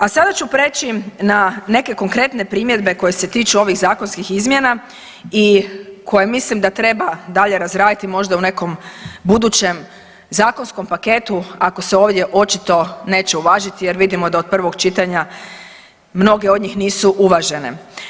A sada ću preći na neke konkretne primjedbe koje se tiču ovih zakonskih izmjena i koje mislim da treba dalje razraditi možda u nekom budućem zakonskom paketu ako se ovdje očito neće uvažiti jer vidimo da od prvog čitanja mnogi od njih nisu uvažene.